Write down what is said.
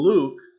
Luke